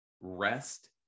rest